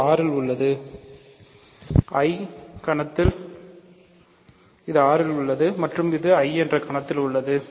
இது R இல் உள்ளது இது I கணத்தில் உள்ளது